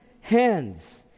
hands